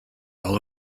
all